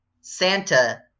Santa